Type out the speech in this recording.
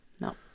No